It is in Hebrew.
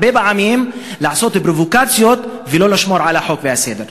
הרבה פעמים לעשות פרובוקציות ולא לשמור על החוק והסדר.